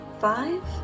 five